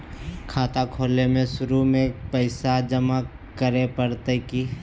खाता खोले में शुरू में पैसो जमा करे पड़तई की?